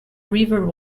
river